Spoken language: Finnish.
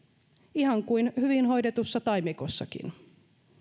ihan kuin hyvin hoidetussa taimikossakin